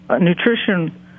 nutrition